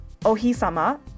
Ohisama